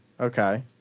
Okay